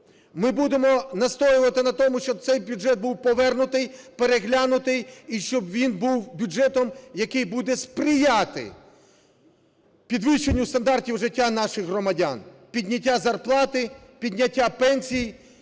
Ми будемо настоювати на тому, щоб цей бюджет був повернутий, переглянутий і щоб він був бюджетом, який буде сприяти підвищенню стандартів життя наших громадян, підняттю зарплати, підняттю пенсій,